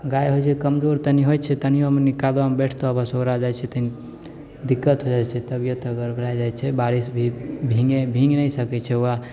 गाय होएत छै कमजोर तनी होएत छै तनियो मनियो कादोमे बैठतो बस ओकरा दिक्कत होए जाइत छै तबियत गड़बड़ाए जाइत छै बारिश भी भीङ्गे भीङ्ग नहि सकैत छै